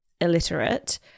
illiterate